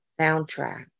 soundtrack